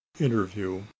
interview